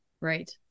Right